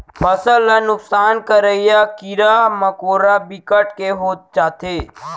फसल ल नुकसान करइया कीरा मकोरा बिकट के हो जाथे